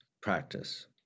practice